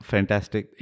Fantastic